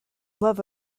love